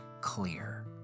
clear